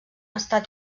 estat